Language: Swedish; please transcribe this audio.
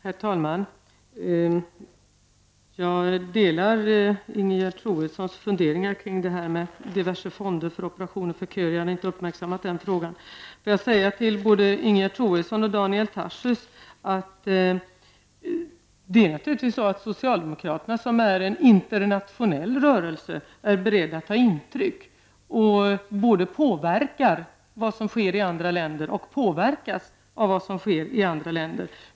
Herr talman! Jag delar Ingegerd Troedssons funderingar kring diverse fonder för operationer som det är kö till. Jag hade inte uppmärksammat den frågan. Får jag säga till både Ingegerd Troedsson och Daniel Tarschys att socialdemokratin, som är en internationell rörelse, naturligtvis är beredd att ta intryck samt både påverka det som sker i andra länder och påverkas av det som sker i andra länder.